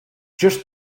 just